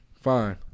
Fine